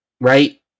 right